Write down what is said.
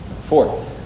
Four